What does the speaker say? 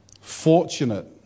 fortunate